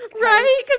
Right